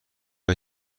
های